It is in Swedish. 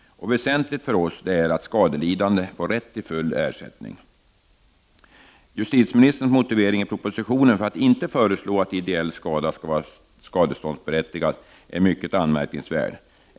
Väsentligt för oss är att skadelidande får rätt till full ersättning. Justitieministerns motivering i propositionen för att inte föreslå att ideell skada skall vara skadeståndsberättigad är mycket anmärkningsvärd.